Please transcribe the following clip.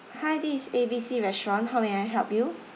hi this is A B C restaurant how may I help you